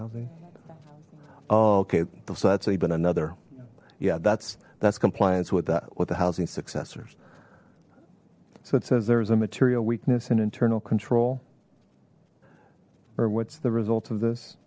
housing oh okay so that's even another yeah that's that's compliance with that with the housing successors so it says there's a material weakness and internal control or what's the result of this